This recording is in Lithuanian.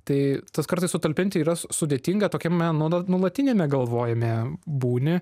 tai tas kartais sutalpinti yra sudėtinga tokiame nuolatiniame galvojime būni